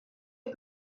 est